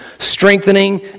strengthening